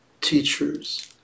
teachers